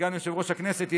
סגן יושב-ראש הכנסת,